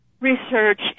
research